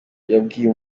yabwiye